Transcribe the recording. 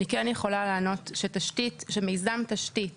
אני כן יכולה לענות שתשתית של מיזם תשתית